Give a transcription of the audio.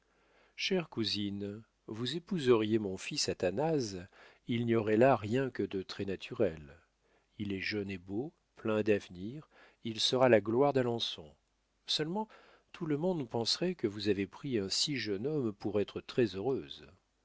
chère cousine vous épouseriez mon fils athanase il n'y aurait là rien que de très-naturel il est jeune et beau plein d'avenir il sera la gloire d'alençon seulement tout le monde penserait que vous avez pris un si jeune homme pour être très-heureuse